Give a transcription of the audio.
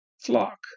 flock